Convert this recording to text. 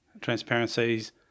transparencies